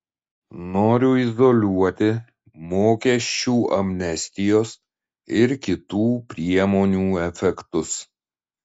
noriu izoliuoti mokesčių amnestijos ir kitų priemonių efektus